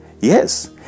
Yes